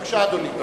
בבקשה, אדוני.